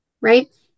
right